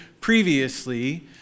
previously